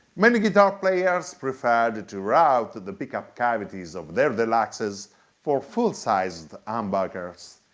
many guitar players preferred to route the pickup cavities of their deluxes for full-sized humbuckers.